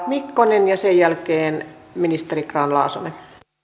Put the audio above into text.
mikkonen ja sen jälkeen ministeri grahn laasonen arvoisa